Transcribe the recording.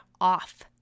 off